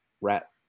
rat